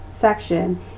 section